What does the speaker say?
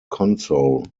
console